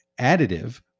additive